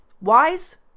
Wise